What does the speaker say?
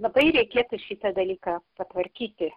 labai reikėtų šitą dalyką patvarkyti